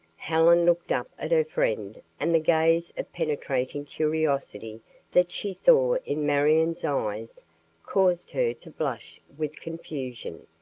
helen looked up at her friend and the gaze of penetrating curiosity that she saw in marion's eyes caused her to blush with confusion.